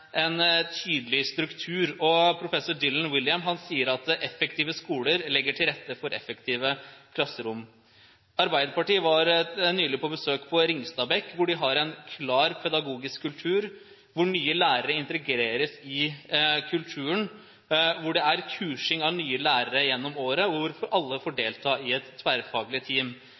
en tydelig struktur. Professor Dylan Wiliam sier at effektive skoler legger til rette for effektive klasserom. Arbeiderpartiet var nylig på besøk på Ringstabekk der de har en klar pedagogisk kultur hvor nye lærere integreres i kulturen, og hvor de har kursing av nye lærere gjennom året der alle får delta i et tverrfaglig team.